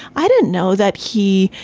i didn't know that he,